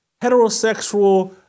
heterosexual